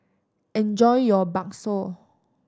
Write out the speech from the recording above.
enjoy your bakso